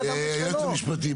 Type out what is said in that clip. היועץ המשפטי.